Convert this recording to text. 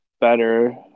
better